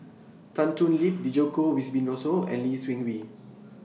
Tan Thoon Lip Djoko Wibisono and Lee Seng Wee